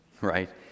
right